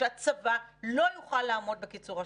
שהצבא לא יוכל לעמוד בקיצור השירות,